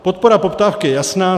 Podpora poptávky je jasná.